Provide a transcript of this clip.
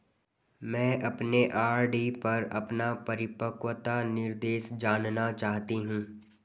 मैं अपने आर.डी पर अपना परिपक्वता निर्देश जानना चाहती हूँ